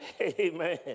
Amen